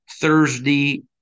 Thursday